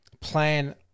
plan